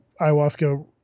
ayahuasca